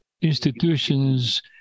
institutions